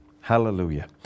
hallelujah